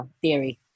theory